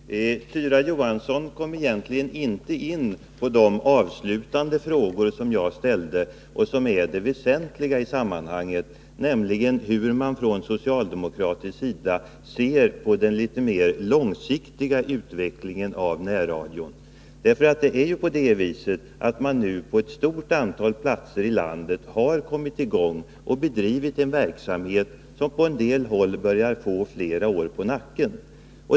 Herr talman! Tyra Johansson kom egentligen inte in på de avslutande frågor som jag ställde och som är det väsentliga i sammanhanget, nämligen hur man från socialdemokratisk sida ser på den litet mer långsiktiga utvecklingen av närradion. Det är ju så att man på ett stort antal platser i landet har kommit i gång och bedrivit en verksamhet med närradio som på en del håll nu har flera år på nacken.